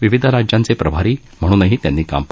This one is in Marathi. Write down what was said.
विविध राज्यांच प्रभारी म्हणूनही त्यांनी काम पाहिलं